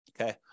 Okay